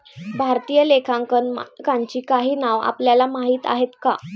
भारतीय लेखांकन मानकांची काही नावं आपल्याला माहीत आहेत का?